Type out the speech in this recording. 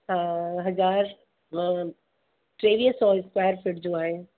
हज़ार टेवीह सौ स्क्वायर फीट जो आहे